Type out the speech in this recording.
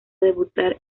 debutar